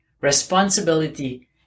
responsibility